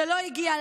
שלא הגיע,